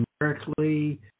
numerically